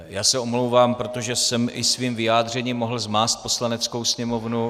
Já se omlouvám, protože jsem i svým vyjádřením mohl zmást Poslaneckou sněmovnu.